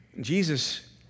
Jesus